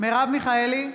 מרב מיכאלי,